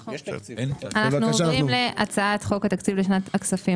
אנחנו עוברים להצעת חוק התקציב לשנת הכספים